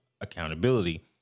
accountability